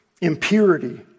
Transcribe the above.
impurity